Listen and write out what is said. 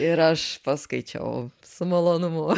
ir aš paskaičiau su malonumu